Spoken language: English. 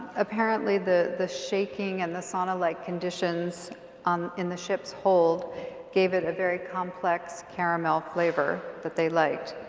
apparently the the shaking and the sauna like conditions um in the ships hold gave it a very complex caramel flavor that they liked.